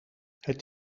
het